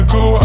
go